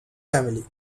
family